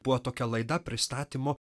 buvo tokia laida pristatymo